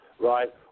right